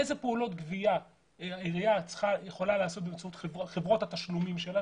איזה פעולות גבייה העירייה צריכה לעשות באמצעות חברות התשלומים שלה.